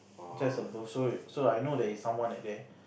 just above so so I know that there is someone at there